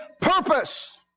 purpose